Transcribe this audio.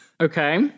Okay